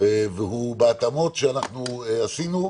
והוא בהתאמות שעשינו.